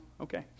Okay